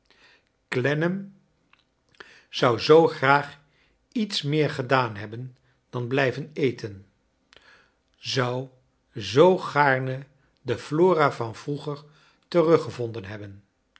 clennam zou zoo graag lets rneer gedaan hebben dan blijven eten zou zoo gaarne de flora van vroeger teruggevonden hebben